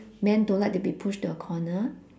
men don't like to be pushed to a corner